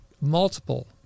multiple